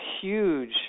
huge